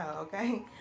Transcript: okay